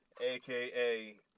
AKA